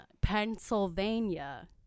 Pennsylvania